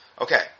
Okay